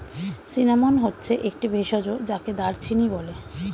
cinnamon হচ্ছে একটি ভেষজ যাকে দারুচিনি বলে